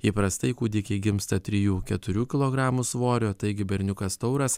įprastai kūdikiai gimsta trijų keturių kilogramų svorio taigi berniukas tauras